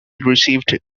received